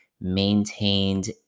maintained